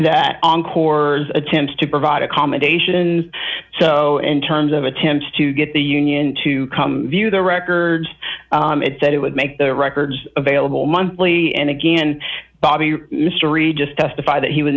that encore's attempts to provide accommodations so in terms of attempts to get the union to come view the records it said it would make their records available monthly and again bobby mystery just testified that he would